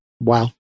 Wow